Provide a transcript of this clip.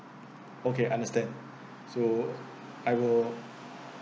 okay understand so I will